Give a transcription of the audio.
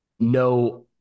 no